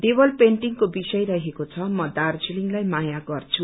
देवल पेन्टिङ को विषय रहेको छ म दार्जीलिङलाई माया गर्छु